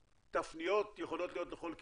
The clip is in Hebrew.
ותפניות יכולות להיות לכל כיוון.